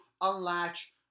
unlatch